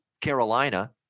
Carolina